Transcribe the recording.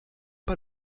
pas